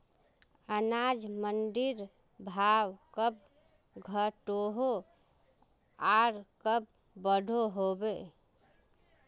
अनाज मंडीर भाव कब घटोहो आर कब बढ़ो होबे?